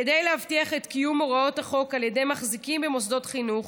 כדי להבטיח את קיום הוראות החוק על ידי מחזיקים במוסדות חינוך